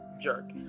jerk